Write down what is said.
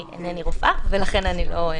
אני אינני רופאה ולכן אני לא עונה.